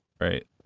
Right